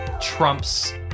Trump's